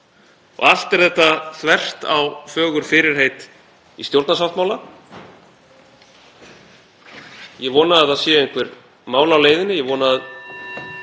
Allt er þetta þvert á fögur fyrirheit í stjórnarsáttmála. Ég vona að það séu einhver mál á leiðinni. (Forseti